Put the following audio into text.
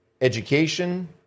education